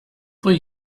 wohl